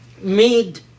made